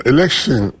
Election